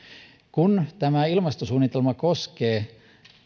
kun tämä ilmastosuunnitelma koskee